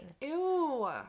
Ew